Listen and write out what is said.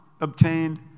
obtained